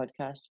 podcast